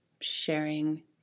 sharing